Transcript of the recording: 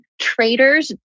traders